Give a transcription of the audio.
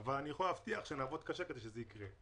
אבל אני יכול להבטיח שנעבוד קשה כדי שזה יקרה.